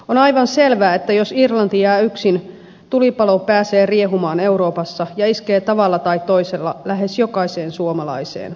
on aivan selvää että jos irlanti jää yksin tulipalo pääsee riehumaan euroopassa ja iskee tavalla tai toisella lähes jokaiseen suomalaiseen